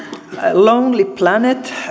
lonely planet